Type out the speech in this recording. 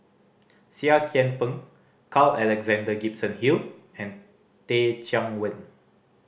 Seah Kian Peng Carl Alexander Gibson Hill and Teh Cheang Wan